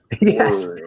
Yes